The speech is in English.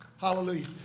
Hallelujah